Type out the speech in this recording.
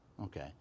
Okay